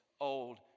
old